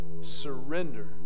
surrender